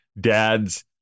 dads